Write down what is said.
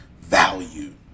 value